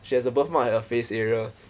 she has above my face area